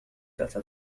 تحت